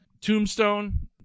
Tombstone